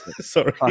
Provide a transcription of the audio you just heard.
sorry